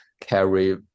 carry